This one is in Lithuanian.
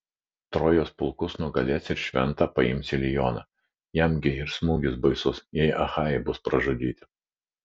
trojos pulkus nugalės ir šventą paims ilioną jam gi ir smūgis baisus jei achajai bus pražudyti